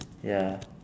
ya